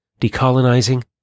decolonizing